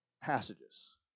passages